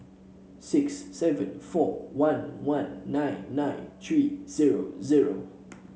six seven four one one nine nine three zero zero